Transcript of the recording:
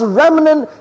remnant